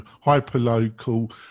hyper-local